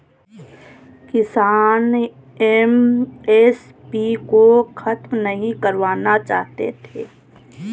किसान एम.एस.पी को खत्म नहीं करवाना चाहते थे